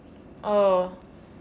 oh